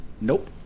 Nope